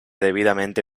debidamente